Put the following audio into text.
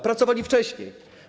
Pracowali wcześniej.